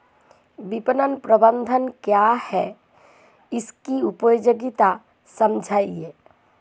विपणन प्रबंधन क्या है इसकी उपयोगिता समझाइए?